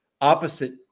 opposite